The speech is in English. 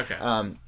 Okay